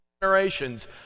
generations